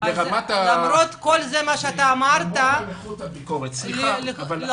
מה שאמרת זה מאוד חשוב,